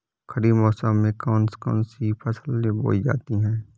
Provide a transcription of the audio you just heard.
खरीफ मौसम में कौन कौन सी फसलें बोई जाती हैं?